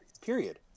Period